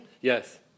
Yes